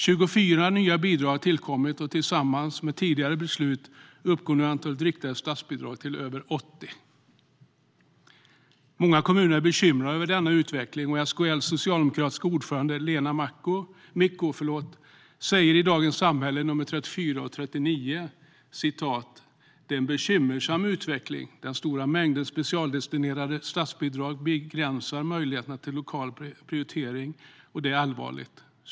24 nya bidrag har tillkommit, och tillsammans med tidigare beslut uppgår nu antalet riktade statsbidrag till över 80. Många kommuner är bekymrade över denna utveckling. SKL:s socialdemokratiska ordförande Lena Micko säger i Dagens Samhälle nr 34 och 39: "Det är en bekymmersam utveckling, den stora mängden specialdestinerade statsbidrag begränsar möjligheterna till lokala prioriteringar och det är allvarligt."